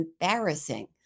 embarrassing